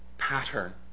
pattern